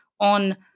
on